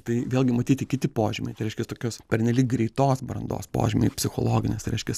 tai vėlgi matyti kiti požymiai tai reiškias tokios pernelyg greitos brandos požymiai psichologinės tai reiškias